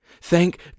thank